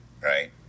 right